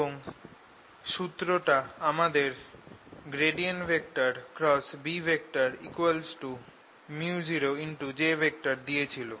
এবং সুত্রটা আমাদের Bµoj দিয়েছিল